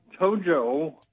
Tojo